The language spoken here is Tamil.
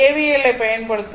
எல் ஐப் பயன்படுத்துவோம்